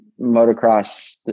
motocross